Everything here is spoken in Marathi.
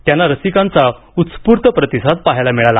त्याला रसिकांचा उत्स्फूर्त प्रतिसाद पाहायला मिळाला